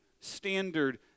standard